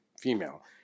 female